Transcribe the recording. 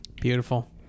Beautiful